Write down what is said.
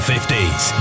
50s